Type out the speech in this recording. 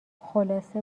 خلاصه